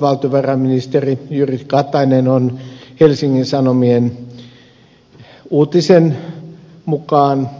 valtiovarainministeri jyrki katainen on helsingin sanomien uutisen mukaan